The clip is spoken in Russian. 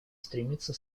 стремится